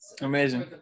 amazing